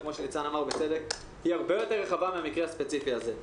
וכפי שניצן אמר בצדק היא הרבה יותר רחבה מהמקרה הספציפי הזה.